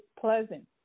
pleasant